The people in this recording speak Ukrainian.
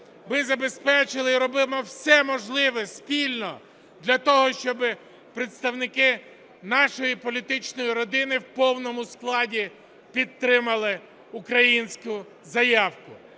ми забезпечили і робимо все можливе спільно для того, щоб представники нашої політичної родини в повному складі підтримали українську заявку.